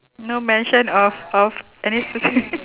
no mention of of any specific